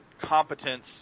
competence